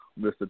Mr